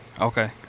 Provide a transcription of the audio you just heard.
Okay